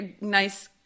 nice